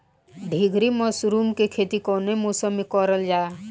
ढीघरी मशरूम के खेती कवने मौसम में करल जा?